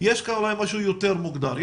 יש משהו יותר מוגדר.